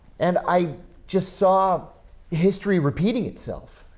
and i just saw history repeating itself.